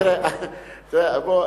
תראה,